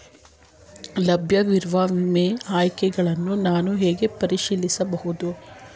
ಲಭ್ಯವಿರುವ ವಿಮಾ ಆಯ್ಕೆಗಳನ್ನು ನಾನು ಹೇಗೆ ಪರಿಶೀಲಿಸಬಹುದು?